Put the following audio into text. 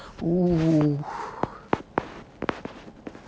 !oof!